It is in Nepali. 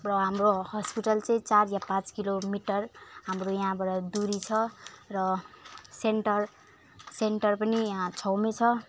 र हाम्रो हस्पिटल चाहिँ चार या पाँच किलोमिटर हाम्रो यहाँबाट दुरी छ र सेन्टर सेन्टर पनि यहाँ छेउमै छ